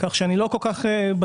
כך שאני לא כל כך בטוח,